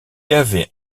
avait